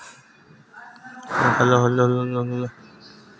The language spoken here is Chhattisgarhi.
मोला कइसे पता चलही कि मोर खाता ले पईसा दूसरा खाता मा चल देहे?